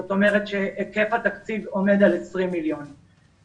זאת אומרת, היקף התקציב עומד על 20 מיליון שקלים.